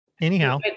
Anyhow